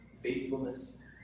faithfulness